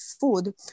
food